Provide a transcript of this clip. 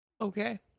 Okay